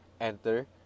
Enter